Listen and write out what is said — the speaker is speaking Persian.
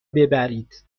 ببرید